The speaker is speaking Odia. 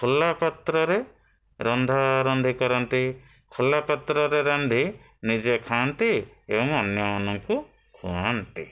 ଖୋଲା ପାତ୍ରରେ ରନ୍ଧାରାନ୍ଧି କରନ୍ତି ଖୋଲା ପାତ୍ରରେ ରାନ୍ଧି ନିଜେ ଖାଆନ୍ତି ଏବଂ ଅନ୍ୟମାନଙ୍କୁ ଖୁଆନ୍ତି